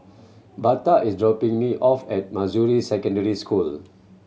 Birtha is dropping me off at Manjusri Secondary School